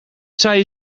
zij